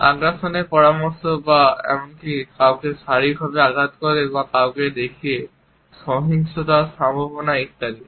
আগ্রাসনের পরামর্শ বা এমনকি কাউকে শারীরিকভাবে আঘাত করে বা কাউকে দেখিয়ে সহিংসতার সম্ভাবনা ইত্যাদি